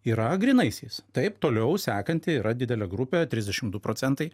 yra grynaisiais taip toliau sekanti yra didelė grupė trisdešim du procentai